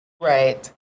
Right